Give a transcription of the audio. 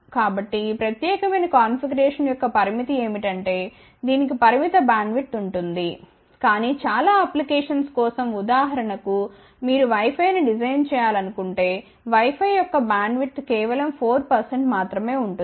కాబట్టి ఈ ప్రత్యేకమైన కాన్ఫిగరేషన్ యొక్క పరిమితి ఏమిటంటే దీనికి పరిమిత బ్యాండ్విడ్త్ ఉంటుంది కానీ చాలా అప్లికేషన్స్ కోసంఉదాహరణకు మీరు వై ఫై ని డిజైన్ చేయాలనుకుంటేవై ఫై యొక్క బ్యాండ్విడ్త్ కేవలం 4 మాత్రమే ఉంటుంది